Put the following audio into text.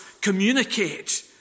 communicate